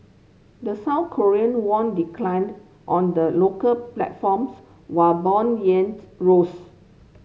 the South Korean won declined on the local platforms while bond rose